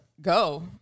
Go